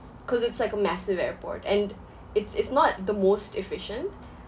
cause it's like a massive airport and it's it's not the most efficient